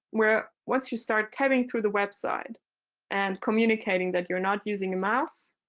where once you start typing through the website and communicating that you're not using a mouse,